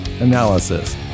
analysis